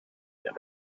them